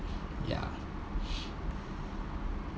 ya